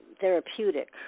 therapeutic